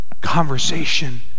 conversation